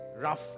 rough